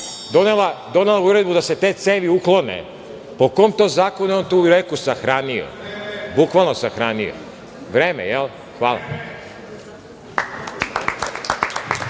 donela uredbu da se te cevi uklone? Po kom to zakonu je on tu reku sahranio? Bukvalno sahranio. Vreme. Jel? Hvala.